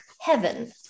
heaven